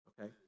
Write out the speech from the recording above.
okay